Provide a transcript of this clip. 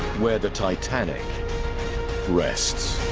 where the titanic rests